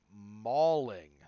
mauling